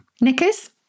Nickers